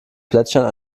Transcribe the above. plätschern